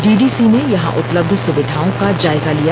D D C ने यहां उपलब्ध सुविधाओं का जायजा लिया